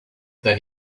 then